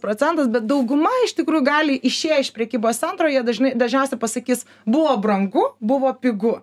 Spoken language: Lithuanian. procentas bet dauguma iš tikrųjų gali išėję iš prekybos centro jie dažnai dažniausiai pasakys buvo brangu buvo pigu